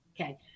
Okay